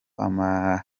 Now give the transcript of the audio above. amanyanga